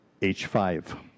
H5